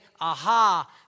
aha